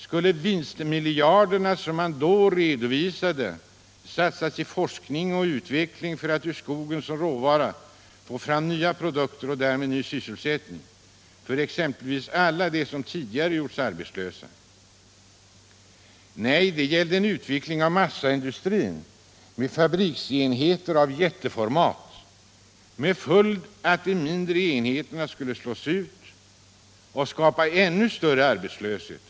Skulle vinstmiljarderna som man då redovisade satsas i forskning och utveckling för att man ur skogen som råvara skulle få fram nya produkter och därmed ny sysselsättning för exempelvis alla dem som tidigare gjorts arbetslösa? Nej, det gällde en utveckling av massaindustrin, med fabriksenheter av jätteformat, med följden att de mindre enheterna skulle slås ut, vilket skulle skapa ännu större arbetslöshet.